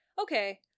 okay